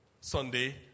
Sunday